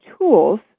tools